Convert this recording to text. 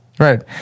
Right